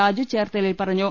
രാജു ചേർത്തലയിൽ പറ ഞ്ഞു